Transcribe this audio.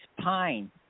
Pine